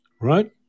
right